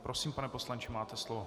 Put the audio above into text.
Prosím, pane poslanče, máte slovo.